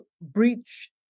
breach